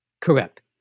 Correct